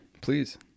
please